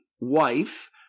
Wife